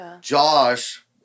Josh